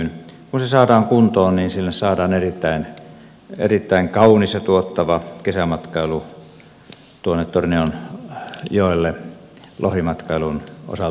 kun se saadaan kuntoon niin saadaan erittäin kaunis ja tuottava kesämatkailu tuonne tornionjoelle lohimatkailun osalta